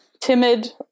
timid